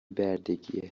بردگی